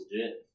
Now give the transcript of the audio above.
legit